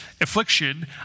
affliction